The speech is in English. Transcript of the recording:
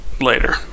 later